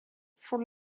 for